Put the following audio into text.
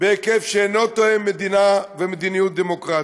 בהיקף שאינו תואם מדינה ומדיניות דמוקרטית.